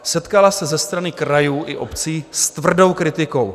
Setkala se ze strany krajů i obcí s tvrdou kritikou.